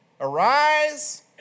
Arise